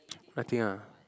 nothing ah